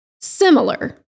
similar